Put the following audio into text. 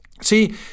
See